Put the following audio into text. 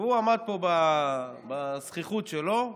והוא עמד פה בזחיחות שלו,